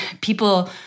people